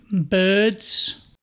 birds